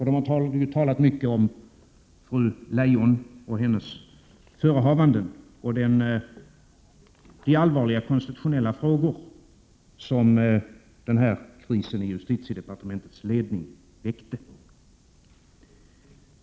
De har talat mycket om fru Leijon och hennes förehavanden och de allvarliga konstitutionella frågor som krisen i justitiedepartementets ledning väckte.